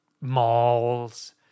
malls